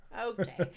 Okay